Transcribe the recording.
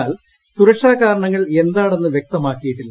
എന്നാൽ സുരക്ഷാ കാരണങ്ങൾ എന്താണെന്ന വ്യക്തമാക്കിയിട്ടില്ല